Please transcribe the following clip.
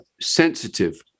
sensitive